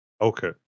Okay